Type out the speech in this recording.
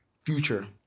Future